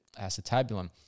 acetabulum